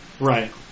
Right